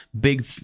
big